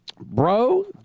Bro